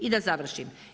I da završim.